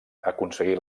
aconseguí